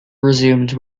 resumed